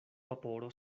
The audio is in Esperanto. vaporo